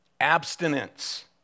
Abstinence